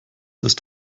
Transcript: ist